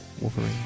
Wolverine